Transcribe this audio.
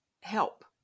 help